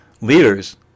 Leaders